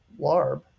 LARB